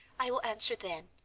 i will answer then,